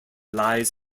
lies